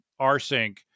rsync